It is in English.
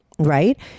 Right